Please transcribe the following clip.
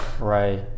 Right